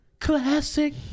Classic